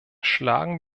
schlagen